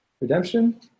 redemption